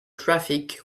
traffic